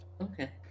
Okay